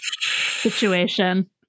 situation